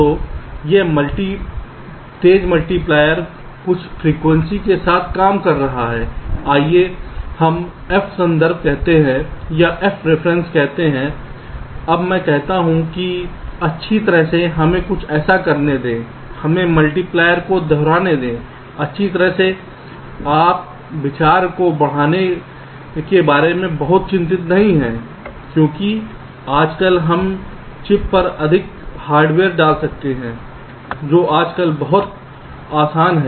तो यह तेज मल्टीप्लायर कुछ फ्रीक्वेंसी के साथ काम कर रहा है आइए हम f संदर्भ कहते हैं अब मैं कहता हूं कि अच्छी तरह से हमें कुछ ऐसा करने दें हमें मल्टीप्लायर को दोहराने दें अच्छी तरह से आप विचार को बढ़ाने के बारे में बहुत चिंतित नहीं हैं क्योंकि आजकल हम चिप पर अधिक हार्ड वेयर डाल सकते हैं जो आजकल बहुत आसान है